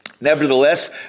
Nevertheless